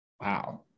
Wow